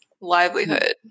livelihood